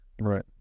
Right